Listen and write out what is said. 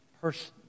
person